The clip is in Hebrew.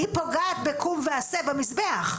היא פוגעת בקום ועשה במזבח.